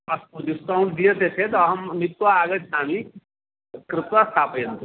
अस्तु डिस्कौण्ट् दीयते चेत् अहं नीत्वा आगच्छामि कृत्वा स्थापयन्तु